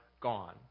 gone